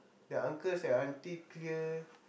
the uncles and auntie clear